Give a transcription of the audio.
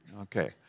Okay